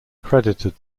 credited